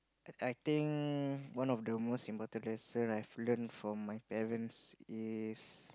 I think one of the most important lesson I've learn from my parents is